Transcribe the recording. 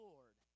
Lord